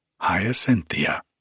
Hyacinthia